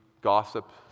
gossip